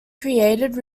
created